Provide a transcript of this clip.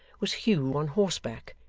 was hugh on horseback,